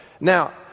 Now